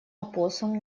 опоссум